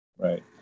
Right